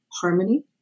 harmony